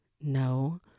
No